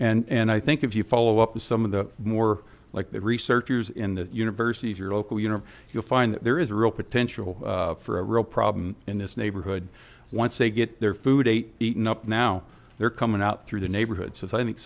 case and i think if you follow up with some of the more like the researchers in the university of your local you know you'll find that there is a real potential for a real problem in this neighborhood once they get their food ate eaten up now they're coming out through the neighborhoods with i think